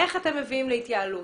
מביאים להתייעלות.